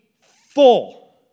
full